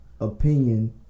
opinion